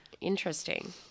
interesting